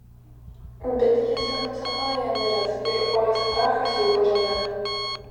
bet jis senų senovėje miręs ir oistrachas jau po žeme